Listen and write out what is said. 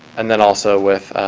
and then also with